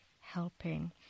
helping